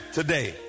today